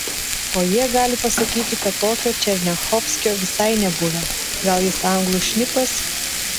o jie gali pasakyti kad tokio černiachovskio visai nebuvę gal jis anglų šnipas